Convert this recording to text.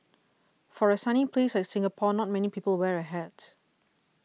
for a sunny place like Singapore not many people wear a hat